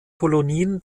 kolonien